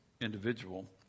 individual